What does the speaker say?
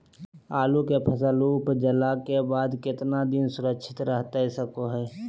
आलू के फसल उपजला के बाद कितना दिन सुरक्षित रहतई सको हय?